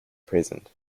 present